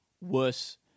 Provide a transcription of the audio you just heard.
worse